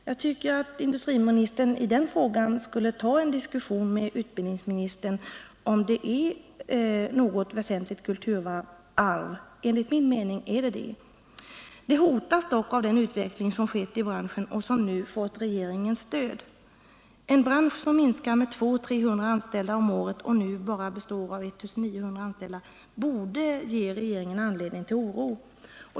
Jag tycker att industriministern skulle ta en diskussion med utbildningsministern om huruvida det är ett väsentligt kulturarv. Det är det enligt min mening. Det hotas dock av den utveckling som skett i branschen och som har fått regeringens stöd. En bransch som minskar med 200-300 anställda om året och nu bara består av 1900 anställda borde ge regeringen anledning till oro.